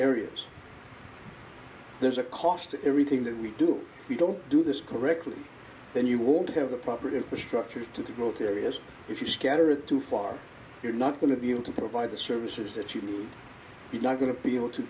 areas there's a cost to everything that we do we don't do this correctly then you want to have the proper infrastructure to the growth areas if you scatter it too far you're not going to be able to provide the services that you are not going to be able to